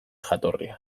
jatorria